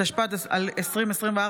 התשפ"ד 2024,